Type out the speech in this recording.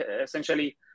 essentially